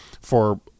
for-